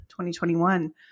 2021